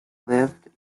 lived